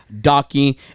docking